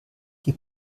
die